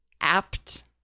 apt